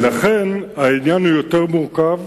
לכן, העניין הוא יותר מורכב,